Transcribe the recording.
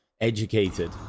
educated